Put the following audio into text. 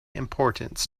importance